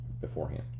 beforehand